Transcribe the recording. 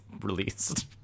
released